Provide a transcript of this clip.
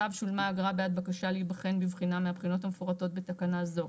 (ו) שולמה אגרה בעד בקשה להיבחן בבחינה מהבחינות המפורטות בתקנה זו,